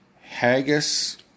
Haggis